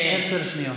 עשר שניות.